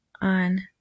on